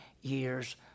years